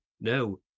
no